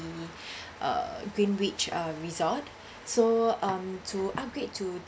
the uh greenwich uh resort so um to upgrade to